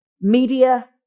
media